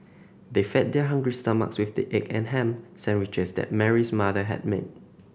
they fed their hungry stomachs with the egg and ham sandwiches that Mary's mother had made